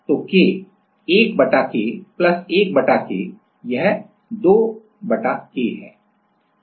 तो 1 K 1 K यह 2 K है